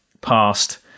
past